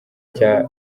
cya